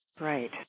Right